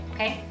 Okay